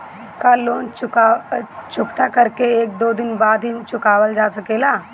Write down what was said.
का लोन चुकता कर के एक दो दिन बाद भी चुकावल जा सकेला?